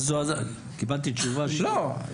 נכון?